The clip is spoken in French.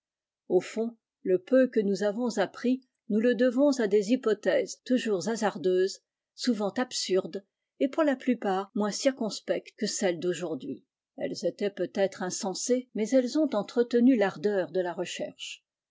au fond le'peu que nous avons appris nous le devons à des hypothèses toujours hasardeuses souvent absurdes et pour la plupart moins circonspectes que celle d'aujourd'hui elles étaient peut-être insensées mais elles ont entretenu l'ardeur de la recherche